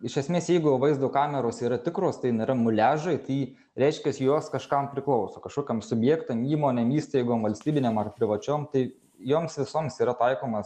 iš esmės jeigu vaizdo kameros yra tikros tai nėra muliažai tai reiškias jos kažkam priklauso kažkokiam subjektam įmonėm įstaigom valstybinėm ar privačiom tai joms visoms yra taikomas